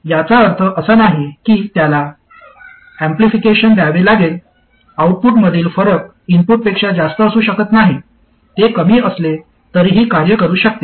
याचा अर्थ असा नाही की त्याला अँप्लिफिकेशन द्यावे लागेल आऊटपुटमधील फरक इनपुटपेक्षा जास्त असू शकत नाही ते कमी असले तरीही कार्य करू शकते